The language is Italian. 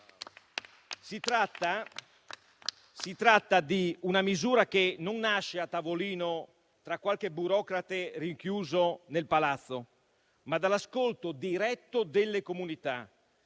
Si tratta di una misura che non nasce a tavolino, ad opera di qualche burocrate rinchiuso nel palazzo, ma dall'ascolto diretto delle comunità,